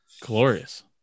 Glorious